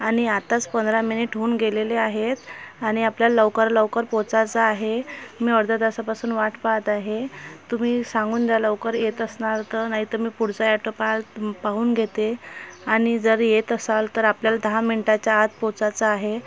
आणि आत्ताच पंधरा मिनिट होऊन गेलेले आहेत आणि आपल्याला लवकर लवकर पोहोचायचं आहे मी अर्ध्या तासापासून वाट पाहत आहे तुम्ही सांगून द्या लवकर येत असणार तर नाहीतर मी पुढचं ऑटो पाहन पाहून घेते आणि जर येत असाल तर आपल्याला दहा मिनिटाच्या आत पोहोचायचं आहे